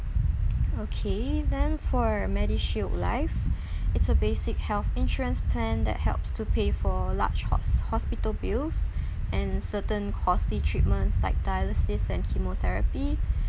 okay then for medishield life is a basic health insurance plan that helps to pay for large hos~ hospital bills and certain costly treatments like dialysis and chemotherapy